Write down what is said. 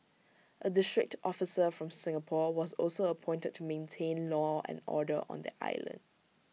A district officer from Singapore was also appointed to maintain law and order on the island